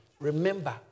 remember